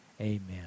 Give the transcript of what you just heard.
amen